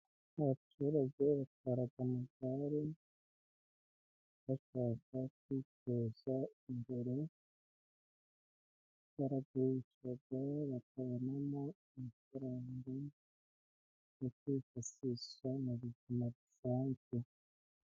Abaturage batwaraga amagare bakaba bashobora kwiteza imbere, baragurishaga bakabonamo amafaranga yo kwifashisha mu buzima busanzwe.